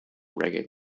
reggae